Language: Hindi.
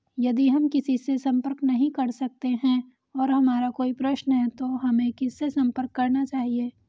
यदि हम किसी से संपर्क नहीं कर सकते हैं और हमारा कोई प्रश्न है तो हमें किससे संपर्क करना चाहिए?